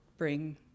bring